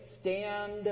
stand